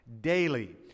daily